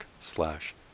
slash